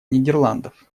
нидерландов